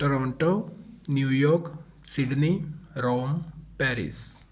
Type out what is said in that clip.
Toronto New York Sydney Rome Paris